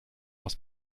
aus